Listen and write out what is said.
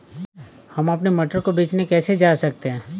हम अपने मटर को बेचने कैसे जा सकते हैं?